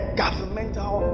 governmental